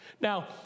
Now